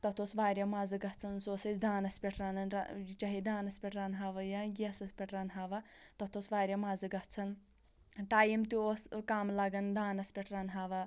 تتھ اوس واریاہ مَزٕ گَژھان سُہ ٲسۍ أسۍ دانَس پٮ۪ٹھ رنان چاہے دانَس پٮ۪ٹھ رَنہاوا یا گیسَس پٮ۪ٹھ رَنہاوا تتھ اوس واریاہ مَزٕ گَژھان ٹایم تہِ اوس ٲں کم لگان دانَس پٮ۪ٹھ رَنہاوا